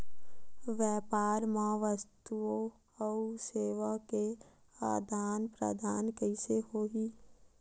व्यापार मा वस्तुओ अउ सेवा के आदान प्रदान कइसे होही?